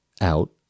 out